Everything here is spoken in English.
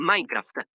Minecraft